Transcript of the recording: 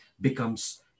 becomes